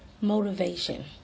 motivation